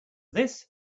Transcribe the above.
this